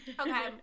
Okay